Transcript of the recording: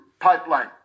pipeline